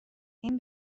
این